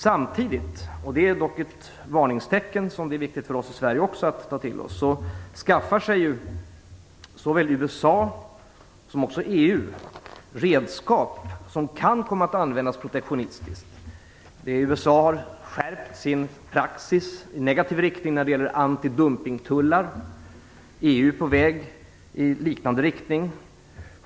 Samtidigt skaffar sig såväl USA som EU redskap som kan komma att användas protektionistiskt, och det är ett varningstecken som det är viktigt för oss i Sverige att lägga märke till. USA har skärpt sin praxis i negativ riktning när det gäller antidumpningstullar, och EU är på väg i liknande riktning.